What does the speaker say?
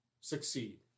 succeed